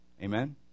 Amen